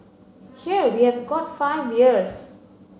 here we have got five years